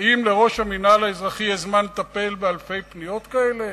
האם לראש המינהל האזרחי יש זמן לטפל באלפי פניות כאלה?